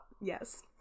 Yes